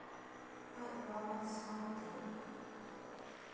ᱟᱡ ᱵᱟᱵᱟ ᱥᱟᱶᱛᱮ